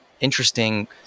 interesting